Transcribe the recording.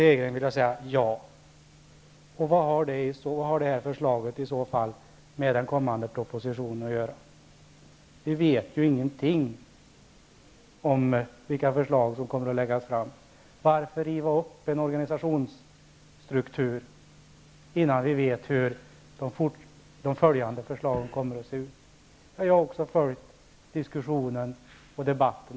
Fru talman! Ja, Margitta Edgren, vad har det förslaget i så fall med den kommande propositionen att göra? Vi vet ju ingenting om vilka förslag som kommer att läggas fram. Varför då riva upp en organisationsstruktur, innan vi vet hur de följande förslagen kommer att se ut? Jag har också följt diskussionen och debatten.